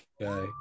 guy